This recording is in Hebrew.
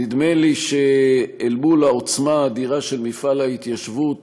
נדמה לי שאל מול העוצמה האדירה של מפעל ההתיישבות